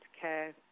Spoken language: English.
care